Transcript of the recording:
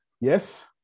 Yes